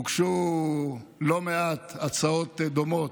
והוגשו לא מעט הצעות דומות,